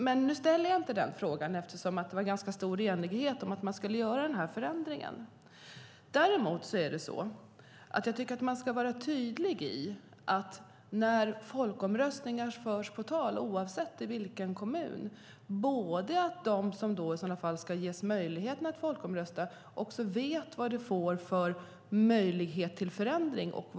Jag väljer dock att inte ställa denna fråga eftersom det var ganska stor enighet om att denna förändring skulle göras. När folkomröstning förs på tal i en kommun måste man försäkra sig om att de som ska rösta vet vad det faktiskt innebär och vad det ger för möjlighet till förändring.